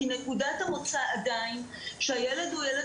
כי נקודת המוצא היא עדיין שהילד הוא ילד